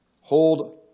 hold